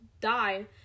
die